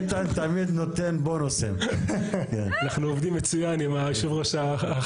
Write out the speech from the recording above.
אנחנו לא יודעים מתי הם יוכלו לחזור.